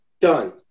done